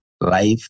life